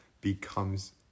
becomes